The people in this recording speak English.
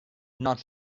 not